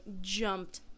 jumped